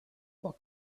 what